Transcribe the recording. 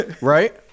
right